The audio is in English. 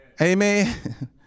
Amen